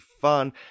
fun